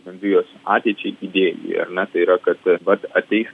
bendrijos ateičiai idėjai ar ne tai yra kad vat ateis